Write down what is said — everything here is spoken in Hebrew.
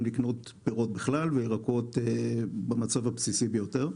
לקנות פירות בכלל וירקות במצב הבסיסי ביותר.